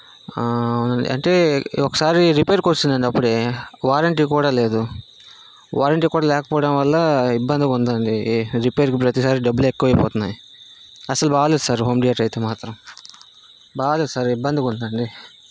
అవునా అంటే ఒకసారి రిపెరుకు వచ్చింది అండి అప్పుడే వారెంటీ కూడా లేదు వారంటీ కూడా లేకపోవడం వల్ల ఇబ్బందిగా ఉందండి రిపేర్కి ప్రతిసారి డబ్బులు ఎక్కువ అయిపోతున్నాయి అసలు బాలేదు సార్ హోమ్ థియేటర్ అయితే మాత్రం బాలేదు సార్ ఇబ్బందిగా ఉందండి